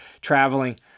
traveling